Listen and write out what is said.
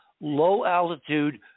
low-altitude